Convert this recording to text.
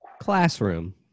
classroom